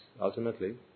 ultimately